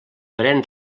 pren